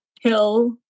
Hill